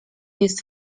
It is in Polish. jest